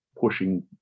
pushing